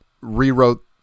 rewrote